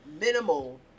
minimal